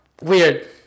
Weird